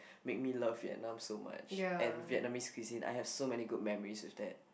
make me love Vietnam so much and Vietnamese cuisine I have so many good memories with them